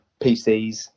PCs